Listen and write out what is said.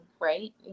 right